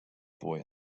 boy